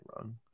wrong